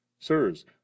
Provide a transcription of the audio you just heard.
Sirs